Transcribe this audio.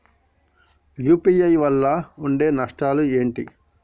UPI వల్ల ఉండే నష్టాలు ఏంటి??